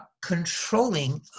controlling